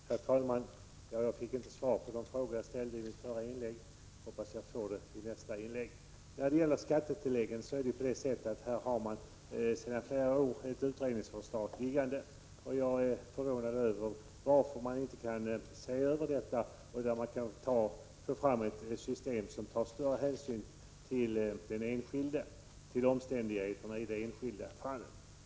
orgartetoner Herr talman! Jag fick inte svar på de frågor jag ställde i mitt förra inlägg, men jag hoppas att jag får det i en ny replikomgång. När det gäller skattetilläggen finns sedan flera år ett utredningsförslag liggande, och jag är förvånad över att man inte ser över detta för att få fram ett system som tar större hänsyn till omständigheterna i det enskilda fallet.